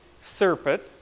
serpent